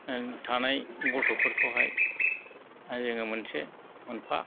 थानाय गथ'फोरखौहाय जोङो मोनसे मोनफा